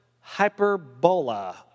hyperbola